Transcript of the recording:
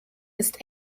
ist